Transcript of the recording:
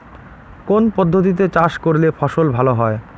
কোন পদ্ধতিতে চাষ করলে ফসল ভালো হয়?